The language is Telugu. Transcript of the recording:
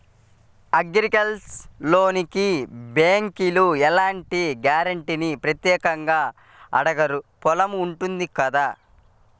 అగ్రికల్చరల్ లోనుకి బ్యేంకులు ఎలాంటి గ్యారంటీనీ ప్రత్యేకంగా అడగరు పొలం ఉంటుంది కదా